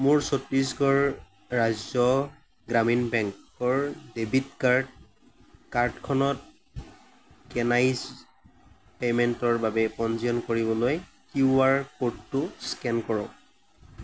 মোৰ ছত্তিশগড় ৰাজ্য গ্ৰামীণ বেংকৰ ডেবিট কাৰ্ড কাৰ্ডখনত ট'কেনাইজ্ড পে'মেণ্টৰ বাবে পঞ্জীয়ন কৰিবলৈ কিউ আৰ ক'ডটো স্কেন কৰক